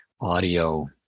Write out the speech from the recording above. audio